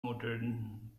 modern